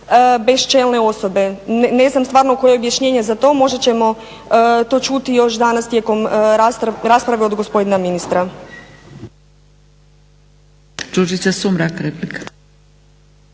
bez čelne osobe. Ne znam stvarno koje je objašnjenje za to, možda ćemo to čuti još danas tijekom rasprave od gospodina ministra.